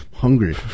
hungry